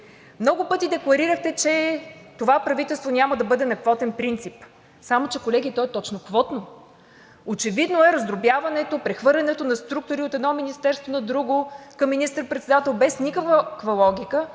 Много пъти декларирахте, че това правителство няма да бъде на квотен принцип. Само че, колеги, то е точно квотно. Очевидно е раздробяването, прехвърлянето на структури от едно министерство на друго, към министър-председател, без никаква логика.